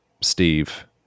steve